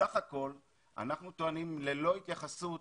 ללא התייחסות